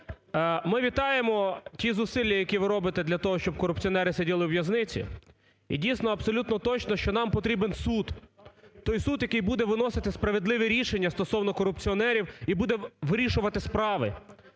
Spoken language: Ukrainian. Ми вітаємо ті зусилля, які ви робите для того, щоб корупціонери сиділи у в'язниці і, дійсно, абсолютно точно, що нам потрібен суд, той суд, який буде виносити справедливі рішення стосовно корупціонерів і буде вирішувати справи.